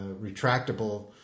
retractable